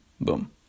Boom